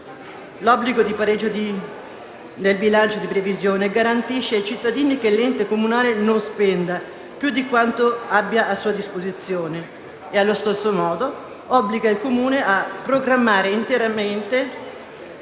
L'obbligo di pareggio nel bilancio di previsione garantisce ai cittadini che l'ente comunale non spenda più di quanto ha a sua disposizione e allo stesso modo obbliga il Comune a programmare interamente